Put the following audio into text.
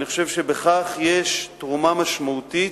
אני חושב שיש בכך תרומה משמעותית,